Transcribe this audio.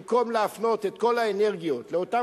במקום להפנות את כל האנרגיות לאותן